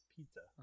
Pizza